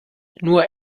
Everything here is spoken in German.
nur